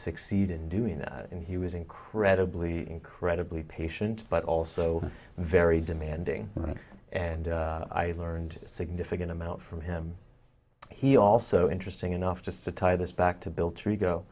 succeed in doing that and he was incredibly incredibly patient but also very demanding and i learned significant amount from him he also interesting enough just to tie this back to bill t